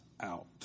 out